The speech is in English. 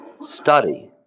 Study